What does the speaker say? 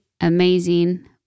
amazing